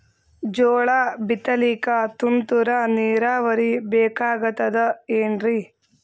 ಜೋಳ ಬಿತಲಿಕ ತುಂತುರ ನೀರಾವರಿ ಬೇಕಾಗತದ ಏನ್ರೀ?